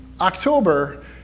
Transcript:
October